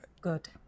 Good